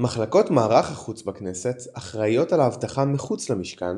מחלקות מערך החוץ בכנסת אחראיות על האבטחה מחוץ למשכן,